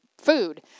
food